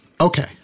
Okay